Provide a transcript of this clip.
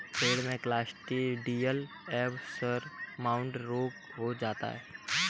भेड़ में क्लॉस्ट्रिडियल एवं सोरमाउथ रोग हो जाता है